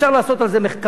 אפשר לעשות על זה מחקר.